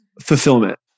fulfillment